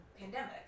pandemic